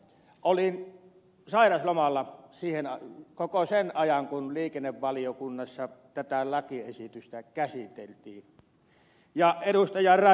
olin sairaslomalla koko sen ajan kun liikennevaliokunnassa tätä lakiesitystä käsiteltiin